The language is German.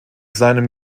seinem